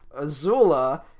Azula